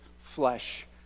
flesh